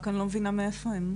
אני רק לא מבינה מאיפה הם.